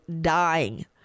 dying